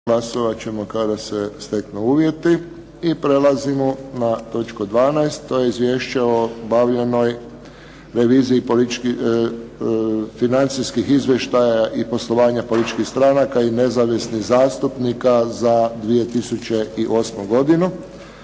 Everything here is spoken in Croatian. **Friščić, Josip (HSS)** prelazimo na točku 12. To je - Izvješće o obavljenoj reviziji financijskih izvještaja i poslovanja političkih stranaka i nezavisnih zastupnika za 2008. godinu